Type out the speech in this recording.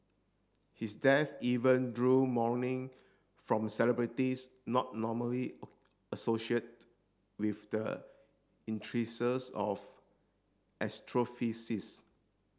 his death even drew mourning from celebrities not normally associate with the of astrophysics